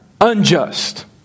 unjust